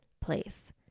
place